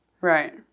Right